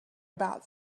about